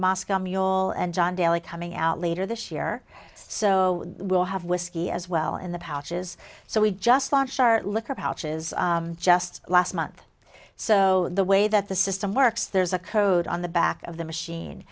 moscow mule and john daly coming out later this year so we'll have whiskey as well and the patches so we just launched our liquor houses just last month so the way that the system works there's a code on the back of the machine